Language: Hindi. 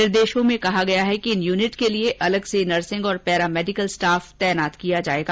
निर्देशों में कहा गया है कि इन यूनिट के लिए अलग से नर्सिंग और पैरामेडिकल स्टाफ तैनात किया जाएगा